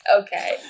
okay